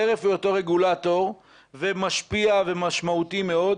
חרף היותו רגולטור ומשפיע ומשמעותי מאוד,